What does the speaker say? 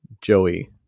Joey